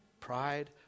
Pride